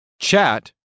chat